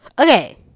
Okay